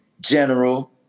general